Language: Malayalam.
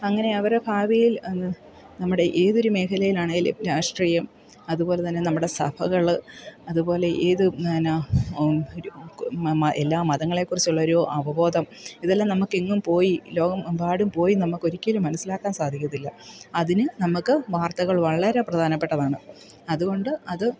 അങ്ങനെ അവരുടെ ഭാവിയിൽ ന്ന് നമ്മുടെ ഏതൊരു മേഖലയിലാണെങ്കിലും രാഷ്ട്രീയം അതു പോലെ തന്നെ നമ്മുടെ സഭകൾ അതു പോലെ ഏത് എല്ലാ മതങ്ങളെക്കുറിച്ചുള്ളൊരു അവബോധം ഇതെല്ലാം നമുക്കെങ്ങും പോയി ലോകമെമ്പാടും പോയി നമുക്കൊരിക്കലും മനസ്സിലാക്കാൻ സാധിക്കത്തില്ല അതിന് നമുക്ക് വാർത്തകൾ വളരെ പ്രധാനപ്പെട്ടതാണ് അതു കൊണ്ട് അത്